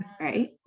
Right